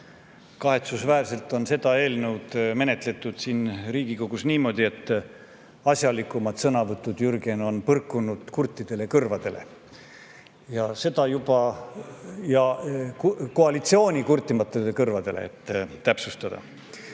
Kahetsusväärselt on seda eelnõu menetletud siin Riigikogus niimoodi, et asjalikumad sõnavõtud, Jürgen, on põrkunud kurtidele kõrvadele – koalitsiooni kurtidele kõrvadele, kui täpsustada,